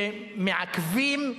שמעכבים,